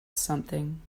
something